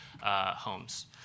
homes